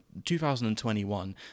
2021